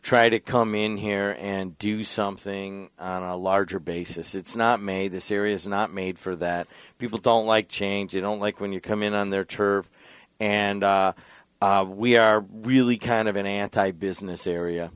try to come in here and do something a larger basis it's not made this serious not made for that people don't like change you don't like when you come in on their turf and we are really kind of an anti business area